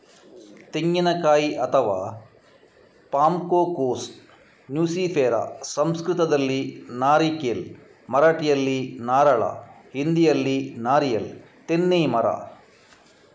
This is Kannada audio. ತೆಂಗಿನಕಾಯಿ ಅಥವಾ ಪಾಮ್ಕೋಕೋಸ್ ನ್ಯೂಸಿಫೆರಾ ಸಂಸ್ಕೃತದಲ್ಲಿ ನಾರಿಕೇಲ್, ಮರಾಠಿಯಲ್ಲಿ ನಾರಳ, ಹಿಂದಿಯಲ್ಲಿ ನಾರಿಯಲ್ ತೆನ್ನೈ ಮರ